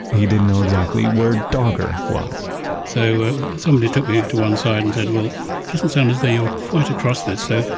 he didn't know exactly where dogger was so somebody took me to one side and said, well it doesn't sound as though you're quite across this so,